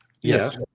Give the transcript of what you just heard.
Yes